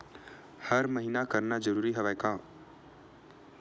हर महीना करना जरूरी हवय का?